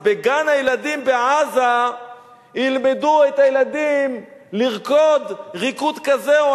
אז בגן-הילדים בעזה ילמדו את הילדים לרקוד ריקוד כזה או